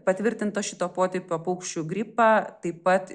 patvirtintą šito potipio paukščių gripą taip pat